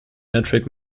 metric